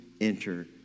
enter